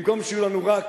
במקום שיהיו לנו רק